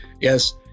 Yes